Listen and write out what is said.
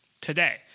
today